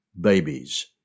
babies